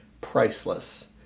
priceless